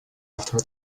after